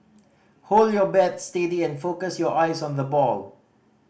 hold your bat steady and focus your eyes on the ball